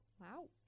Wow